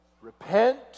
repent